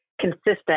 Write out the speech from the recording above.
consistent